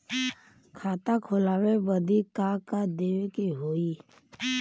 खाता खोलावे बदी का का देवे के होइ?